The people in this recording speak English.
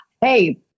Hey